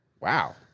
wow